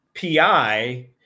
PI